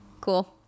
Cool